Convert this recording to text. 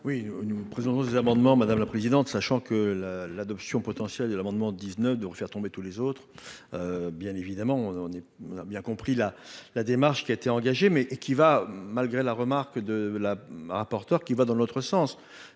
Oui, nous présenterons des amendements, madame la présidente, sachant que la l'adoption potentiel de l'amendement dix-neuf faire tomber tous les autres, bien évidemment, on est, a bien compris la la démarche qui a été engagé mais qui va malgré la remarque de la rapporteure qui va dans notre sens,